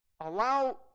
allow